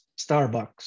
Starbucks